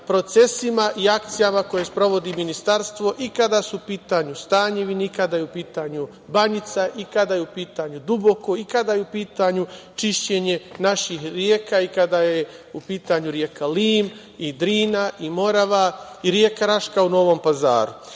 i akcijama koje sprovodi Ministarstvo i kada su u pitanju „Stanjevine“ i kada je u pitanju Banjica, i kada je u pitanju „Duboko“ i kada je u pitanju čišćenje naših reka i kada je u pitanju reka Lim, i Drina, i Morava, i reka Raška u Novom Pazaru. Zakon